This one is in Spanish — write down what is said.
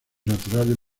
naturales